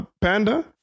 Panda